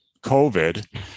COVID